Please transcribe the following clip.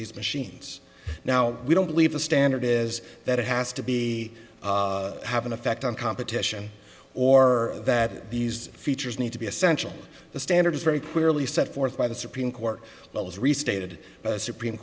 these machines now we don't believe the standard is that it has to be have an effect on competition or that these features need to be essential the standard is very clearly set forth by the supreme court well as restated the supreme